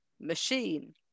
machine